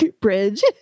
Bridge